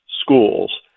schools